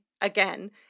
again